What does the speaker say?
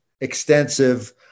extensive